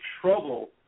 trouble